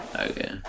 Okay